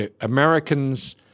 Americans